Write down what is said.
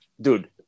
Dude